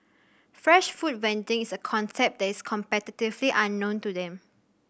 fresh food vending is a concept that is completely unknown to them